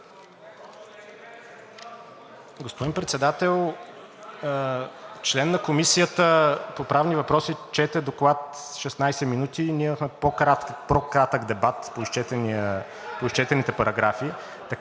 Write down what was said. Господин Председател, член на Комисията по правни въпроси чете доклад 16 минути и ние имахме по-кратък дебат по изчетените параграфи,